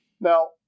Now